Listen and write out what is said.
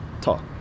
talk